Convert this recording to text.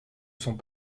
sont